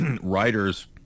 writers